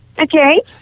Okay